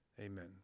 Amen